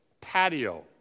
patio